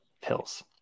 pills